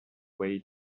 way